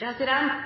omme.